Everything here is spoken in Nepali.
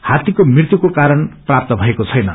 हात्तीको मृत्युको कारण प्राप्त भएको छैन